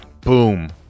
Boom